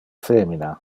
femina